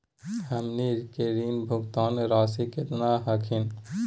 हमनी के ऋण भुगतान रासी केतना हखिन?